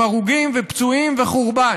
עם הרוגים ופצועים וחורבן.